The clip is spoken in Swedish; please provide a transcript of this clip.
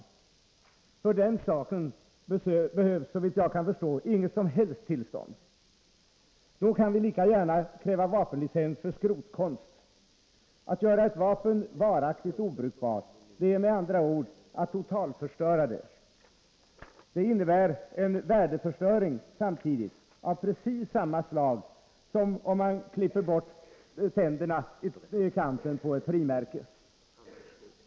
För den saken behövs, såvitt jag kan förstå, inget som helst tillstånd. Då kan vi lika gärna kräva vapenlicens för skrotkonst. Att göra ett vapen varaktigt obrukbart är med andra ord att totalförstöra det. Det innebär samtidigt en värdeförstöring av precis samma slag som om man klipper bort tänderna i kanten på ett frimärke.